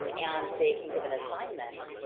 um and they can give an assignment.